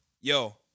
yo